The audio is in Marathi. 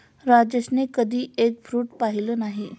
राजेशने कधी एग फ्रुट पाहिलं नाही